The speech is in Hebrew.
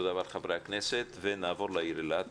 תודה רבה לחברי הכנסת ונעבור לעיר אילת